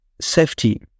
safety